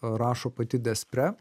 rašo pati despre